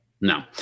No